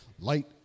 light